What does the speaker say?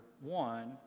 one